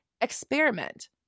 experiment